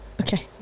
Okay